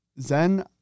Zen